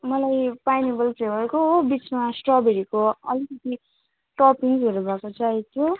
मलाई pineapple फ्लेभरको हो बिचमा स्ट्रबेरीको अलिकति टपिङ्सहरू भएको चाहिएको थियो